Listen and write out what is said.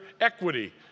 equity